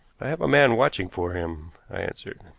i have a man watching for him, i answered.